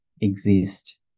exist